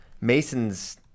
Mason's